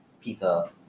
pizza